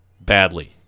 badly